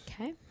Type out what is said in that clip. Okay